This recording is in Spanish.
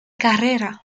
carrera